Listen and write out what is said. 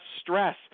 stress